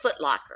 footlocker